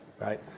right